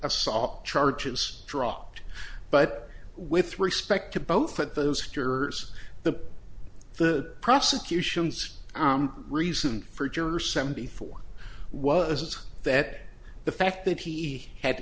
assault charges dropped but with respect to both of those cures the the prosecution's reason for juror seventy four was that the fact that he had